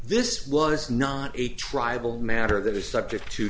this was not a tribal matter that is subject to